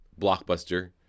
blockbuster